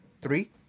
three